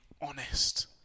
honest